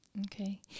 Okay